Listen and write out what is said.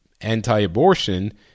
anti-abortion